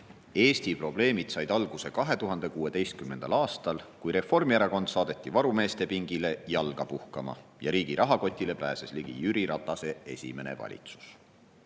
"Eesti probleemid said alguse 2016. aastal, kui Reformierakond saadeti varumeeste pingile jalga puhkama ja riigi rahakotile pääses ligi Jüri Ratase esimene valitsus."